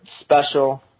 special